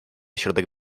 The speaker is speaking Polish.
środek